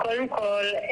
קודם כל,